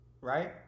right